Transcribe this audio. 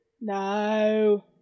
No